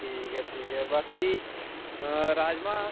ठीक ऐ ठीक ऐ बाकी राजमांह्